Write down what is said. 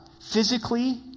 physically